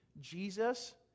Jesus